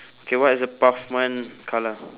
K what is the pavement colour